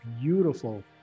beautiful